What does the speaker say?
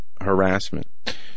harassment